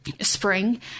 Spring